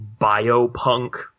biopunk